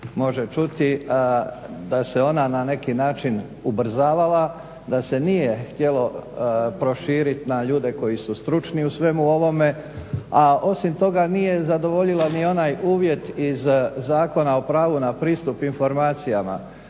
može čuti, da se ona na neki način ubrzavala da se nije htjelo proširit na ljude koji su stručni u svemu ovome, a osim toga nije zadovoljilo ni onaj uvjet iz Zakona o pravu na pristup informacijama.